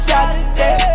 Saturday